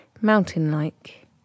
mountain-like